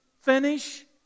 finish